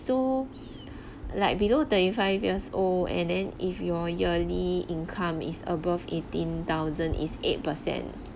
so like below thirty five years old and then if your yearly income is above eighteen thousand is eight percent